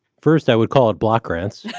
first, i would call it block grants.